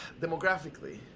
demographically